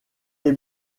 est